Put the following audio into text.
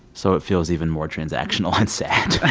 so it feels even more transactional and sad